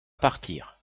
partir